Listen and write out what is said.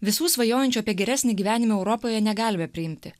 visų svajojančių apie geresnį gyvenimą europoje negalime priimti